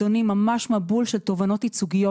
ממש מבול של תובענות ייצוגיות.